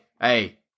hey